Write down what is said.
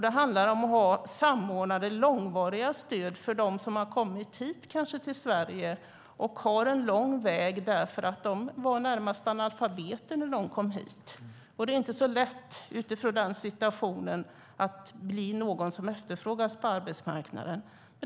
Det handlar om att ha samordnade långvariga stöd för dem som kanske har kommit hit till Sverige och har en lång väg därför att de var i det närmaste analfabeter när de kom hit. Det är inte så lätt utifrån denna situation att bli någon som efterfrågas på arbetsmarknaden.